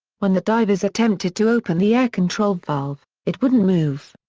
when the divers attempted to open the air control valve, it wouldn't move.